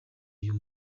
uyu